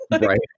Right